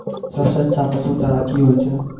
सबसे अच्छा पसु चारा की होय छै?